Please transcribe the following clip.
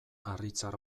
harritzar